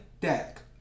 deck